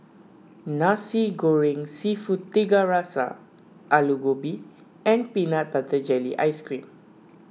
Nasi Goreng Seafood Tiga Rasa Aloo Gobi and Peanut Butter Jelly Ice Cream